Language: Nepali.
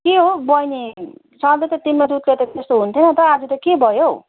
के हौ बहिनी सधैँ त तिम्रो दुधले त त्यस्तो हुन्थेन त आजु त के भयो हौ